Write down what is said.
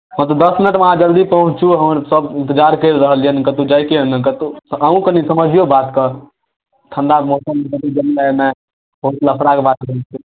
हँ तऽ दस मिनटमे अहाँ जल्दी पहुँचू हमसभ इन्तजार करि रहल यए कतहु जाइके यए ने कतहु तऽ अहूँ कनि समझियौ बातके ठण्डा मौसम जल्दी जल्दी एनाइ बहुत लफड़ाके बात रहै छै